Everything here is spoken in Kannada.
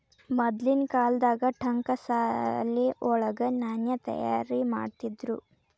ಮದ್ಲಿನ್ ಕಾಲ್ದಾಗ ಠಂಕಶಾಲೆ ವಳಗ ನಾಣ್ಯ ತಯಾರಿಮಾಡ್ತಿದ್ರು